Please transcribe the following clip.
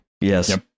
Yes